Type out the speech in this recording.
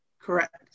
Correct